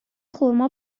خرما